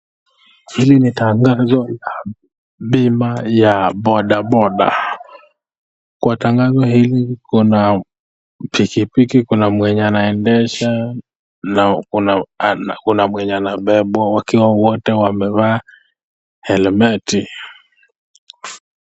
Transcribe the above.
Hili ni tangazo la bima ya bodaboda, kwa tangazo hili kuna pikipiki Kuna mwenye anaendesha na Kuna mwenye anabebwa wakiwa wote wamevaa helmeti.